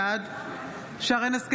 בעד שרן מרים השכל,